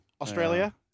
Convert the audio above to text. Australia